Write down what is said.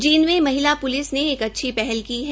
जींद में महिला प्लिस ने एक अच्छी पहल की है